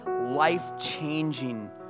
life-changing